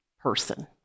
person